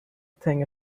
think